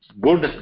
Good